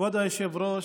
כבוד היושב-ראש,